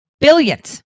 billions